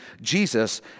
Jesus